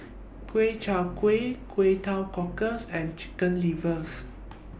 Ku Chai Kueh Kway Teow Cockles and Chicken livers